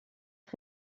est